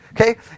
okay